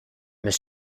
his